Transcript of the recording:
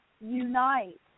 unite